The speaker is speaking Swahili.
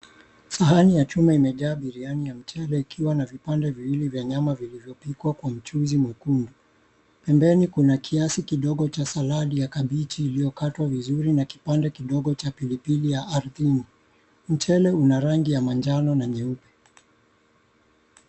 Sahani nyeupe imejaa biriani ya mchele ikiwa na vipande viwili vya nyama vilivyopikwa kwa mchuzi mwekundu, pembeni kuna kiasi kidogo cha salad ya kabichi iliyokatwa vizuri na kipande kidogo cha pilipili ya ardhini. Mchele una rangi ya anjano na nyeupe.